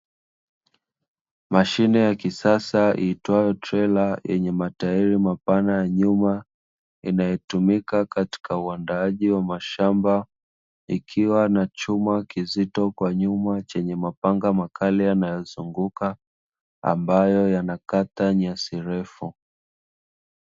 Mashine ya kisasa iitwayo trela yenye matairi mapana ya nyuma, inayotumika katika uandaaji wa mashamba, ikiwa na chuma kizito kwa nyuma chenye mapanga makali yanayozunguka, ambayo yanakata nyasi refu.